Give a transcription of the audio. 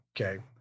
Okay